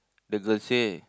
the girl say